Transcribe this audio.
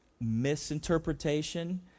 misinterpretation